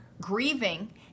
grieving